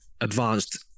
advanced